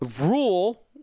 rule